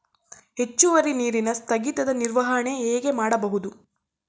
ಹೆಚ್ಚುವರಿ ನೀರಿನ ಸ್ಥಗಿತದ ನಿರ್ವಹಣೆ ಹೇಗೆ ಮಾಡಬಹುದು?